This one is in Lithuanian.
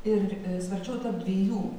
ir svarčiau tarp dviejų